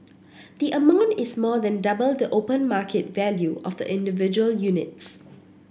the amount is more than double the open market value of the individual units